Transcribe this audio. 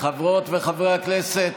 חברות וחברי הכנסת,